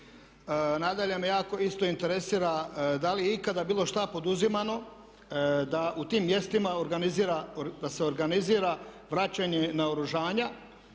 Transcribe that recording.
Nadalje me jako isto interesira da li je ikada bilo šta poduzimano da u tim mjestima organizira,